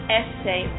essay